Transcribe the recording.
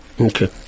okay